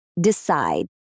DECIDE